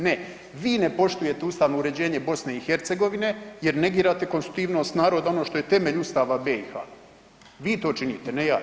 Ne, vi ne poštujete ustavno uređenje BiH jer negirate konstitutivnost naroda ono što je temelj Ustava BiH, vi to činite ne ja.